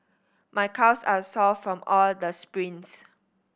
my calves are sore from all the sprints